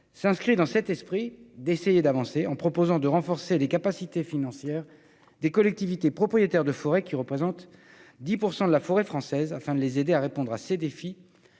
s'inscrit dans cet esprit. Vous en préconisez de renforcer les capacités financières des collectivités propriétaires de forêts, qui représentent 10 % de la forêt française, afin de les aider à répondre à ces défis,